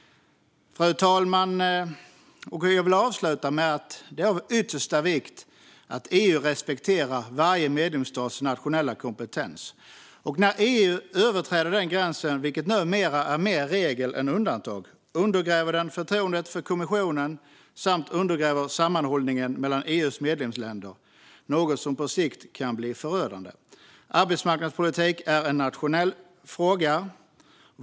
Fru talman! Jag vill avsluta med att säga att det är av yttersta vikt att EU respekterar varje medlemsstats nationella kompetens. När EU överträder den gränsen, vilket numera är mer regel än undantag, undergräver det förtroendet för kommissionen samt sammanhållningen mellan EU:s medlemsländer, något som på sikt kan bli förödande. Arbetsmarknadspolitik är en nationell fråga.